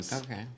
Okay